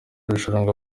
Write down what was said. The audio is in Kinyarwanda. rushanwa